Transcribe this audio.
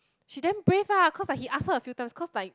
she damn brave ah cause like he ask her a few times cause like